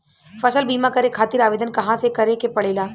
फसल बीमा करे खातिर आवेदन कहाँसे करे के पड़ेला?